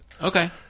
Okay